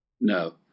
No